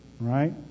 right